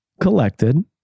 collected